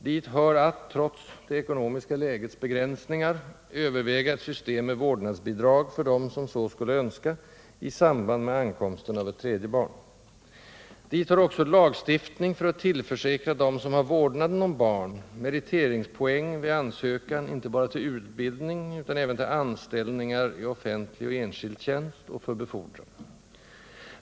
Dit hör att — trots det ekonomiska lägets begränsningar — överväga ett system med vårdnadsbidrag för dem som så skulle önska i samband med ankomsten av ett tredje barn. Dit hör också lagstiftning för att tillförsäkra den, som har vårdnaden om barn, meriteringspoäng vid ansökan inte blott till utbildning utan även till anställningar i offentlig och enskild tjänst och för befordran.